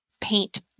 paint